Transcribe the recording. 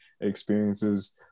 experiences